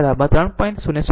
અને R n 3